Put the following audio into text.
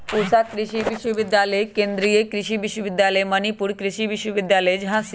पूसा कृषि विश्वविद्यालय, केन्द्रीय कृषि विश्वविद्यालय मणिपुर, कृषि विश्वविद्यालय झांसी